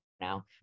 now